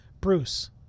Bruce